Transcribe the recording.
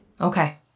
Okay